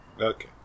Okay